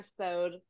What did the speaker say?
episode